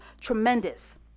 tremendous